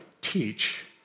teach